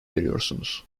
veriyorsunuz